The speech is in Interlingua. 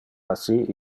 assi